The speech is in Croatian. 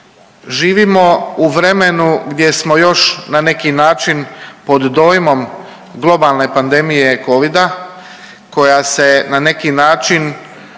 Živimo u vremenu gdje smo još na neki način pod dojmom globalne pandemije covida koja se na neki način